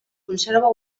conserva